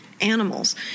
animals